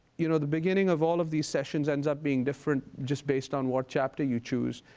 you know, the beginning of all of these sessions ends up being different just based on what chapter you choose.